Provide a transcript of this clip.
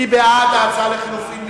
מי בעד ההצעה לחלופין?